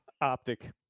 Optic